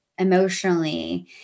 emotionally